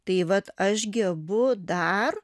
tai vat aš gebu dar